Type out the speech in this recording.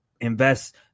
invest